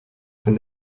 von